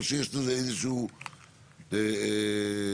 או שיש איזושהי צורה?